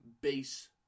base